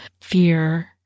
fear